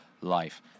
life